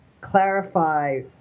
clarify